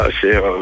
C'est